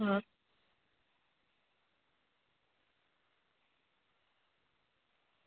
હા